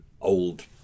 old